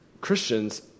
Christians